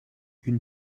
une